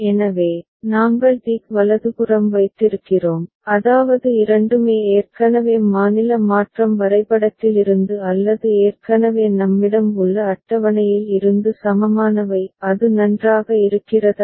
எனவே நாங்கள் டிக் வலதுபுறம் வைத்திருக்கிறோம் அதாவது இரண்டுமே ஏற்கனவே மாநில மாற்றம் வரைபடத்திலிருந்து அல்லது ஏற்கனவே நம்மிடம் உள்ள அட்டவணையில் இருந்து சமமானவை அது நன்றாக இருக்கிறதா